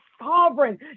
sovereign